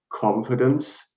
confidence